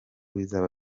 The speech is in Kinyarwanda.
bizaba